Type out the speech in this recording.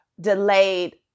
delayed